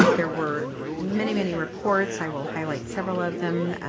there were many, many reports. i will highlight several of them.